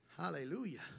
Hallelujah